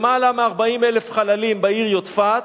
למעלה מ-40,000 חללים בעיר יודפת.